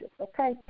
Okay